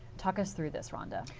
talk us through this, rhonda.